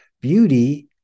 beauty